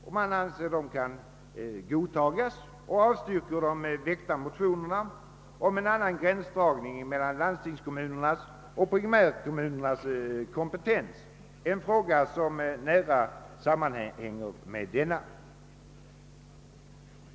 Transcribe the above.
Man anser att förslaget kan godtagas och avstyrker därför de väckta motionerna om en annan gränsdragning mellan landstingskommunernas och primärkommunernas kompetens, en fråga som nära sammanhänger med denna.